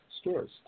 stores